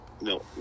No